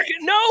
No